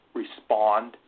respond